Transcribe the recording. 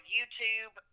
YouTube